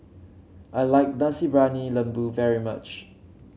I like Nasi Briyani Lembu very much